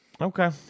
Okay